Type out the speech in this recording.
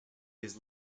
his